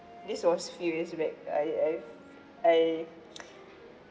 this was few years back I I've I